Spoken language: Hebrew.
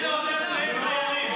איך זה עוזר להם כשאין חיילים?